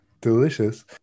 delicious